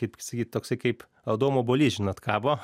kaip sakyt toksai kaip adomo obuolys žinot kabo